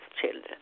children